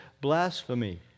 blasphemy